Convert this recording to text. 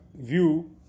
view